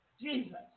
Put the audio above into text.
Jesus